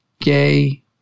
gay